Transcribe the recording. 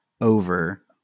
over